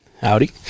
Howdy